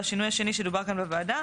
והשינוי השני שדובר כאן בוועדה,